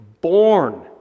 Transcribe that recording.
born